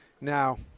Now